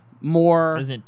more